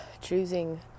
choosing